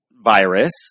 Virus